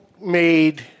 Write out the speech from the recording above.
Made